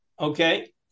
Okay